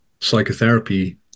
psychotherapy